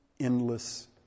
endless